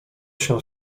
się